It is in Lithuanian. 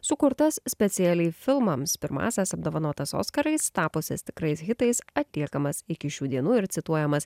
sukurtas specialiai filmams pirmąsias apdovanotas oskarais tapusias tikrais hitais atliekamas iki šių dienų ir cituojamas